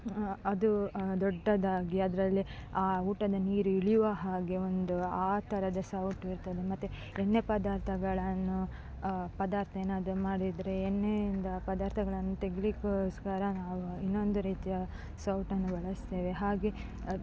ಅದು ದೊಡ್ಡದಾಗಿ ಅದರಲ್ಲಿ ಊಟದ ನೀರಿಳಿಯುವ ಹಾಗೆ ಒಂದು ಆ ಥರದ ಸೌಟು ಇರ್ತದೆ ಮತ್ತು ಎಣ್ಣೆ ಪದಾರ್ಥಗಳನ್ನು ಪದಾರ್ಥ ಏನಾದ್ರೂ ಮಾಡಿದರೆ ಎಣ್ಣೆಯಿಂದ ಪದಾರ್ಥಗಳನ್ನು ತೆಗೆಲಿಕ್ಕೋಸ್ಕರ ನಾವು ಇನ್ನೊಂದು ರೀತಿಯ ಸೌಟನ್ನು ಬಳಸ್ತೇವೆ ಹಾಗೇ